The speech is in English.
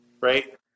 right